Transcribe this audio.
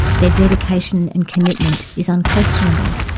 their dedication and commitment is unquestionable,